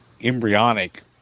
embryonic